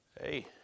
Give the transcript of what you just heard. Hey